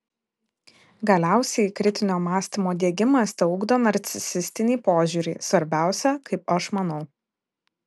galiausiai kritinio mąstymo diegimas teugdo narcisistinį požiūrį svarbiausia kaip aš manau